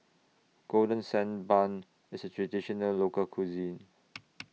Golden Sand Bun IS A Traditional Local Cuisine